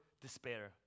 despair